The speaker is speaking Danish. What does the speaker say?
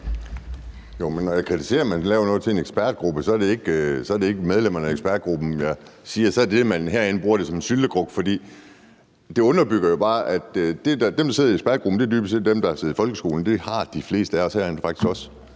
når jeg kritiserer, at man nedsætter en ekspertgruppe, er det ikke medlemmerne af ekspertgruppen, jeg kritiserer, men så er det det, at man herinde bruger det som en syltekrukke. Det underbygger jo bare, at dem, der sidder i ekspertgruppen, sådan set er set dem, der har siddet i en folkeskole, og det har de fleste af os herinde faktisk også.